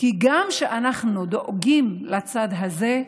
כי כשאנחנו דואגים לצד הזה,